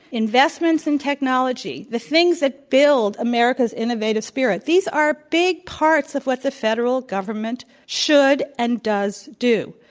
investments in technology, the things that build america's innovative spirit, these are big parts of what the federal government should and does do.